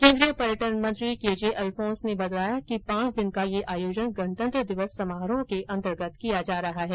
केन्द्रीय पर्यटन मंत्री केजे अल्फॉन्स ने बताया कि पांच दिन का यह आयोजन गणतंत्र दिवस समारोहों के अंतर्गत किया जा रहा है